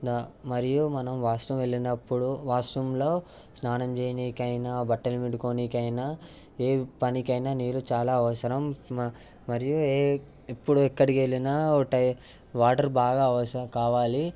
మరియు మనం వాష్రూమ్ వెళ్ళినప్పుడు వాష్రూమ్లో స్నానం చేయడానికి అయినా బట్టలు పిండుకోవడానికి అయినా ఏ పనికైనా నీరు చాలా అవసరం మరియు ఎప్పుడు ఎక్కడికి వెళ్ళినా వాటర్ బాగా అవసరం కావాలి